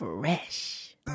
fresh